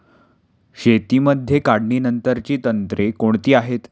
शेतीमध्ये काढणीनंतरची तंत्रे कोणती आहेत?